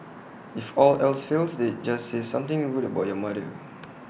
if all else fails they just say something rude about your mother